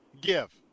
give